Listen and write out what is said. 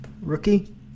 Rookie